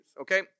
okay